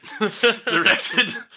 directed